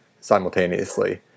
simultaneously